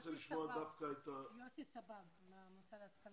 יוסי סבג מהמועצה להשכלה